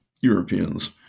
Europeans